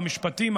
המשפטים,